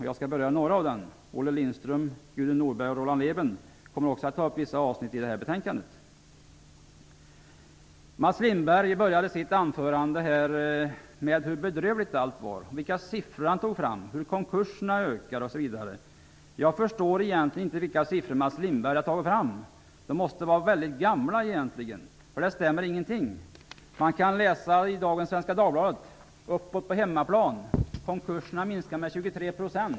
Jag skall beröra några av dem. Olle Lindström, Gudrun Norberg och Roland Lében kommer också att ta upp vissa avsnitt i betänkandet. Mats Lindberg började sitt anförande med att tala om hur bedrövligt allt är. Han tog fram siffror över hur konkurserna ökar osv. Jag förstår inte vilka siffror Mats Lindberg har fått fram. De måste vara mycket gamla. Ingenting stämmer. I dagens Svenska Dagbladet kan man läsa följande: Uppåt på hemmaplan. Konkurserna minskar med 23 %.